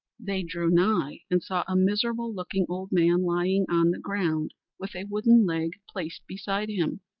they drew nigh, and saw a miserable-looking old man lying on the ground with a wooden leg placed beside him.